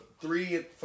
three